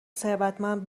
ثروتمند